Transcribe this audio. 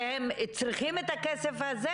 והם צריכים את הכסף הזה,